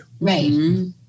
Right